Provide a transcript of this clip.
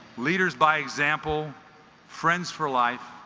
leaders by example friends for life